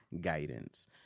guidance